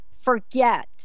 forget